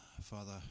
Father